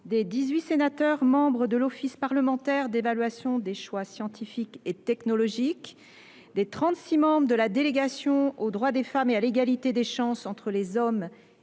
des dix sénateurs membres de l’Office parlementaire d’évaluation des choix scientifiques et technologiques, des trente six membres de la délégation aux droits des femmes et à l’égalité des chances entre les hommes